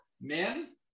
men